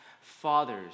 fathers